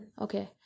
Okay